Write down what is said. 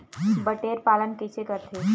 बटेर पालन कइसे करथे?